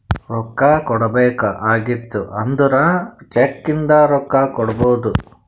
ರೊಕ್ಕಾ ಕೊಡ್ಬೇಕ ಆಗಿತ್ತು ಅಂದುರ್ ಚೆಕ್ ಇಂದ ರೊಕ್ಕಾ ಕೊಡ್ಬೋದು